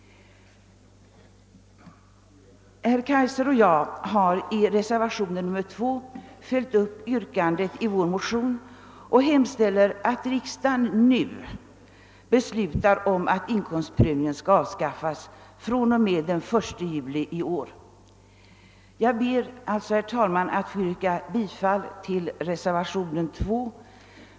Herr Kaijser och jag har i reservationen II följt upp yrkandet i vår motion och hemställt att riksdagen måtte besluta om att avskaffa inkomstprövningen från den 1 juli 1970. Jag ber att få yrka bifall till den reservationen.